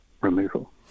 removal